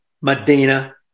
Medina